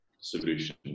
solution